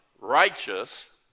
righteous